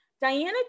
Diana